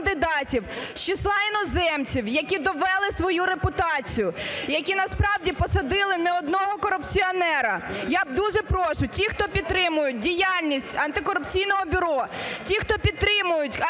з числа іноземців, які довели свою репутацію, які насправді посадили не одного корупціонера. Я дуже прошу, ті, хто підтримують діяльність Антикорупційного бюро, ті, хто підтримують антикорупційні